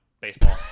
baseball